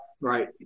right